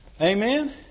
Amen